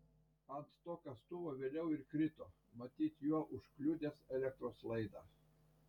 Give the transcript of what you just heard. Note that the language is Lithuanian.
ant to kastuvo vėliau ir krito matyt juo užkliudęs elektros laidą